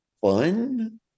fun